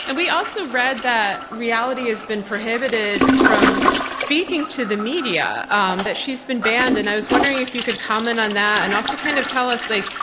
and we also read that reality has been prohibited from speaking to the media, um that she's been banned, and i was wondering if you could comment on that, and also kind of tell us, like,